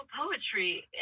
poetry